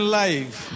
life